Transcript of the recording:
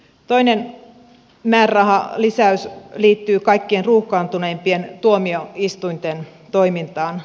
toinen määrärahalisäys liittyy kaikkein ruuhkaantuneimpien tuomioistuinten toimintaan